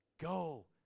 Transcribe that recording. Go